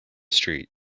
street